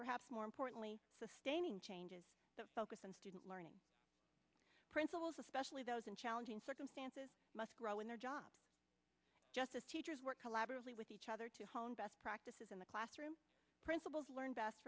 perhaps more importantly sustaining changes that focus on student learning principals especially those in challenging circumstances must grow in their jobs just as teachers work collaboratively with each other to hone best practices in the classroom principals learn best